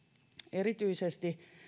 erityisesti